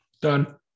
Done